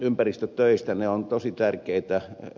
ne ovat tosi tärkeitä